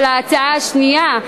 להצעה השנייה,